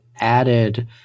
Added